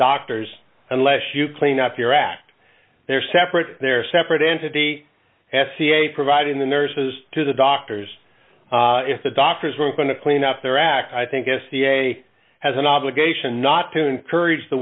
doctors unless you clean up your act they're separate they're separate entity s c a providing the nurses to the doctors if the doctors were going to clean up their act i think a ca has an obligation not to not courage the